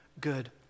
good